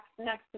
next